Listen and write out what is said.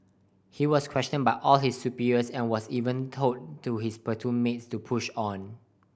he was questioned by all his superiors and was even told to his platoon mates to push on